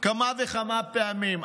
כמה וכמה פעמים.